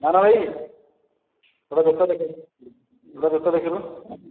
ମାଣ ଭାଇ ଗୋଟେ ଜୋତା ଗୋଟେ ଜୋତା ଦେଖାଇଲ